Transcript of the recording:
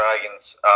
Dragons